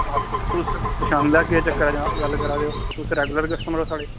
आहो तुस पंछानी लैगे गल्ल करा दे ओ तुस रैगुलर कस्टमर ओ साढ़े